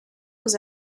was